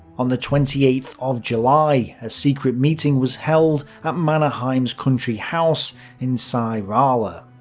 on the twenty eighth of july, a secret meeting was held at mannerheim's country house in sairaala.